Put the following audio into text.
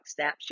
snapchat